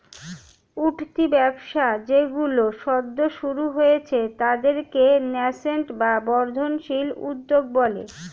উঠতি ব্যবসা যেইগুলো সদ্য শুরু হয়েছে তাদেরকে ন্যাসেন্ট বা বর্ধনশীল উদ্যোগ বলে